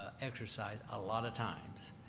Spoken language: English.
ah exercise ah lot of times.